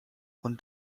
und